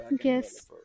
Yes